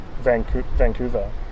Vancouver